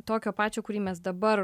tokio pačio kurį mes dabar